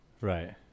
Right